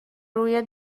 روی